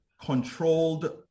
controlled